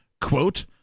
quote